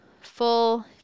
full